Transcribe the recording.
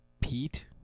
Pete